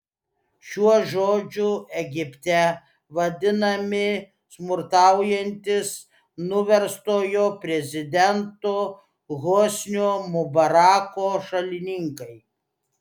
šiuo žodžiu egipte vadinami smurtaujantys nuverstojo prezidento hosnio mubarako šalininkai